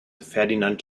ferdinand